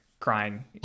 crying